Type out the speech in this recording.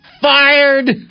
Fired